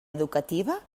educativa